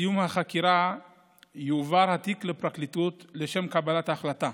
בסיום החקירה יועבר התיק לפרקליטות לשם קבלת ההחלטה.